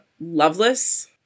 Loveless